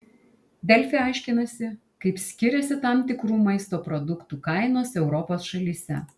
delfi aiškinasi kaip skiriasi tam tikrų maisto produktų kainos europos šalyse